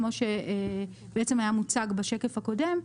כמו שבעצם היה מוצג בשקף הקודם,